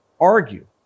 argue